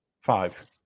five